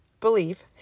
believe